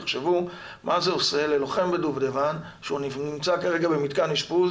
תחשבו מה זה עושה ללוחם בדובדבן שנמצא כרגע במתקן אשפוז